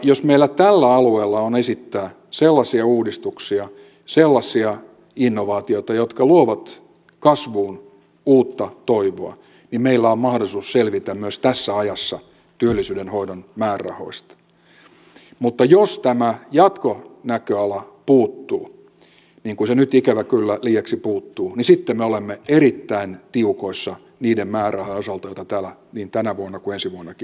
jos meillä tällä alueella on esittää sellaisia uudistuksia sellaisia innovaatioita jotka luovat kasvuun uutta toivoa niin meillä on mahdollisuus selvitä myös tässä ajassa työllisyyden hoidon määrärahoista mutta jos tämä jatkonäköala puuttuu niin kuin se nyt ikävä kyllä liiaksi puuttuu sitten me olemme erittäin tiukoissa niiden määrärahojen osalta joita täällä niin tänä vuonna kuin ensi vuonnakin käsitellään